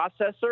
processor